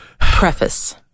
Preface